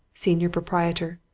senior proprietor,